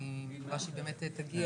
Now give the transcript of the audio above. אני מקווה שהיא באמת תגיע.